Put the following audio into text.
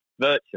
virtually